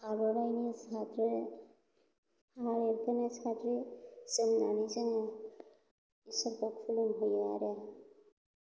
आर'नाइनि सादोर आरो बेखौनो साद्रि जोमनानै जोङो इसोरखौ खुलुमहैयो आरो